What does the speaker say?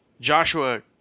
Joshua